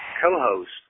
co-host